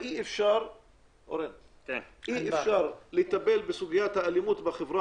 אי אפשר לטפל בסוגיית האלימות בחברה